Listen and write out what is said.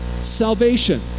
salvation